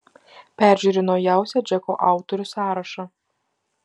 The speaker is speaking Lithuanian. peržiūriu naujausią džeko autorių sąrašą